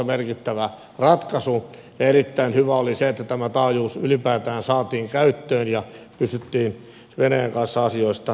erittäin hyvä asia oli se että tämä taajuus ylipäätään saatiin käyttöön ja pystyttiin venäjän kanssa asioista neuvottelemaan